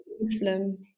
Muslim